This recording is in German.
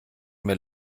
mir